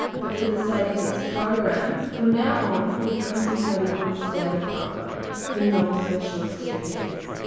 but for the sake of this program from now on we'll be concentrating on the standard pathway for non-specialist gps.